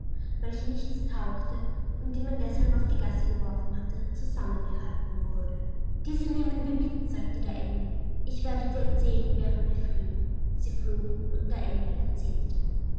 welche nichts taugte und die man deshalb auf die gasse geworfen hatte zusammengehalten wurde diese nehmen wir mit sagte der engel ich werde dir erzählen während wir fliegen sie flogen und der engel erzählte